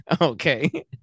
Okay